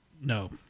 No